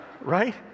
Right